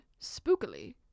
spookily